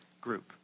group